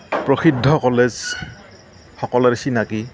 প্ৰসিদ্ধ কলেজ সকলোৰে চিনাকি